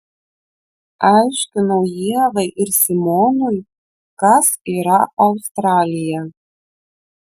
aiškinau ievai ir simonui kas yra australija